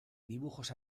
dibujos